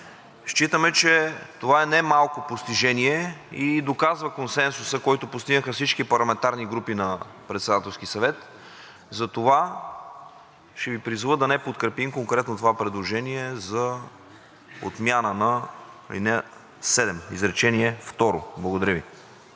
Считаме, че това е немалко постижение и доказва консенсуса, който постигнаха всички парламентарни групи на Председателски съвет. Затова ще Ви призова да не подкрепим конкретно това предложение за отмяна на ал. 7, изречение второ. Благодаря Ви.